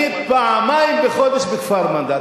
אני פעמיים בחודש בכפר-מנדא.